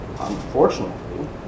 unfortunately